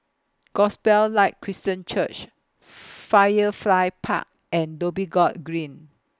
Gospel Light Christian Church Firefly Park and Dhoby Ghaut Green